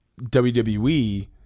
WWE